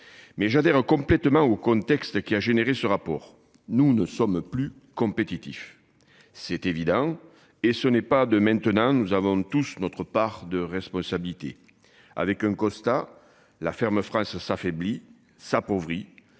Mais j'adhère complètement au contexte qui a généré ce rapport, nous ne sommes plus compétitifs. C'est évident et ce n'est pas de maintenant. Nous avons tous notre part de responsabilité. Avec un constat, la ferme France s'affaiblit s'appauvrit